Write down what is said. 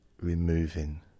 removing